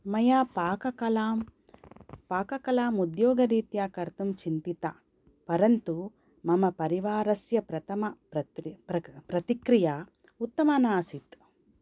मया पाककलां पाककलाम् उद्योगरीत्या कर्तुं चिन्तिता परन्तु मम परिवारस्य प्रथमप्रकृ प्रतिक्रिया उत्तमा नासीत्